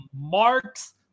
marks